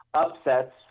upsets